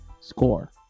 score